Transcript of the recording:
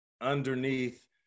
underneath